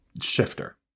shifter